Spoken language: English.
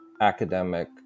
academic